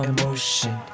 emotion